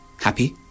happy